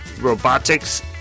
robotics